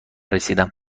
رسیدم